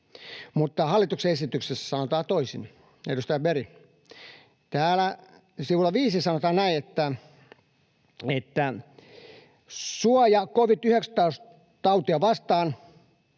mutta hallituksen esityksessä sanotaan toisin. Edustaja Berg, täällä sivulla 5 sanotaan näin: ”Suoja covid-19-tautia vastaan